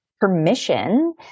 permission